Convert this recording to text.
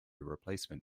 replacement